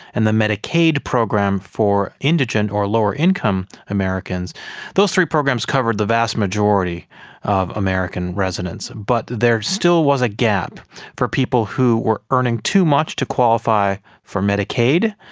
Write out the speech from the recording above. and the medicaid program for indigent or lower income americans those three programs covered the vast majority of american residents. but there still was a gap for people who were earning too much to qualify for medicaid,